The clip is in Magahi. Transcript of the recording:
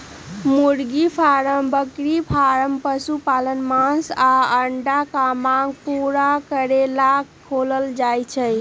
मुर्गी फारम बकरी फारम पशुपालन मास आऽ अंडा के मांग पुरा करे लेल खोलल जाइ छइ